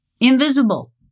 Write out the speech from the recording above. invisible